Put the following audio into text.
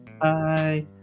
Bye